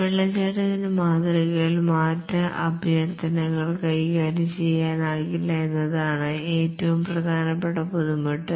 waterfall മാതൃകയിൽ മാറ്റ അഭ്യർത്ഥനകൾ കൈകാര്യം ചെയ്യാനാകില്ല എന്നതാണ് ഏറ്റവും പ്രധാനപ്പെട്ട ബുദ്ധിമുട്ട്